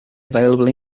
available